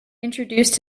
introduced